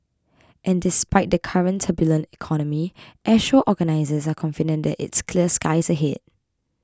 and despite the current turbulent economy Airshow organisers are confident that it's clear skies ahead